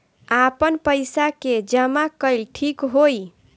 आपन पईसा के जमा कईल ठीक होई?